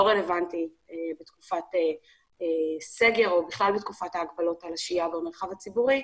רלוונטי בתקופת סגר או בכלל בתקופת ההגבלות על שהייה במרחב הציבורי.